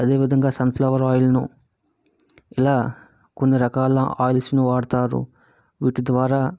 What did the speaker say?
అదే విధంగా sunflower ఆయిల్ను ఇలా కొన్ని రకాల ఆయిల్స్ను వాడుతారు వీటి ద్వారా